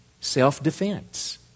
self-defense